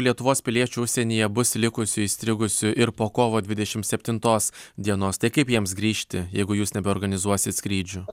lietuvos piliečių užsienyje bus likusių įstrigusių ir po kovo dvidešimt septintos dienos tai kaip jiems grįžti jeigu jūs nebeorganizuosit skrydžių